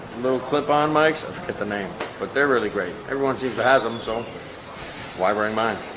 little clip on mics hit the name but they're really great everyone seems azam's on why, we're in mind